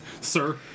Sir